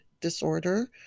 disorder